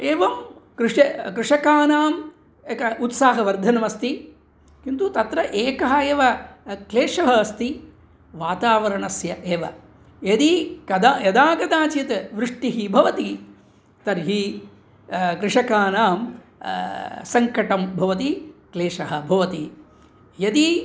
एवं कृषे कृषकाणाम् एकम् उत्साहवर्धनमस्ति किन्तु तत्र एकः एव क्लेशः अस्ति वातावरणस्य एव यदि कदा यदा कदाचित् वृष्टिः भवति तर्हि कृषकाणां सङ्कटं भवति क्लेशः भवति यदि